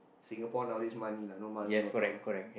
Singapore nowadays money lah no money no talk ah